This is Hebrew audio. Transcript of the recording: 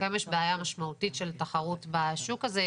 יש בעיה משמעותית של תחרות בשוק הזה,